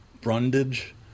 Brundage